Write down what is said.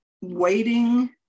Waiting